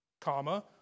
comma